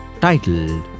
titled